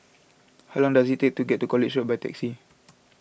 how long does it take to get to College Road by taxi